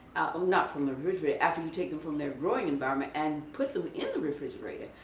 um not from the refrigerator, after you take them from their rawing environment and put them in the refrigerator,